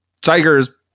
Tigers